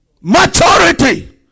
Maturity